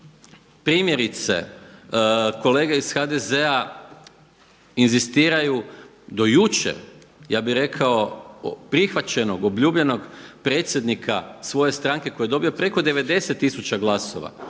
primjerice kolege iz HDZ-a inzistiraju do jučer ja bih rekao prihvaćeno, obljubljenog predsjednika svoje stranke koji je dobio preko 90 tisuća glasova